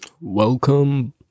welcome